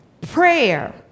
prayer